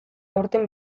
aurten